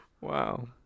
wow